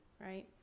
right